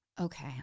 Okay